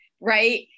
right